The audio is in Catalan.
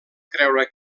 creure